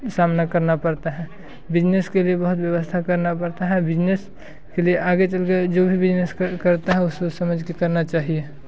सामना करना पड़ता है बिजनेस के लिए बहुत व्यवस्था करना पड़ता है बिजनेस के लिए आगे चल के जो भी बिजनेस करता है वो सोच समझ के करना चाहिए